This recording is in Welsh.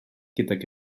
gydag